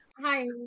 Hi